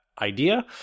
idea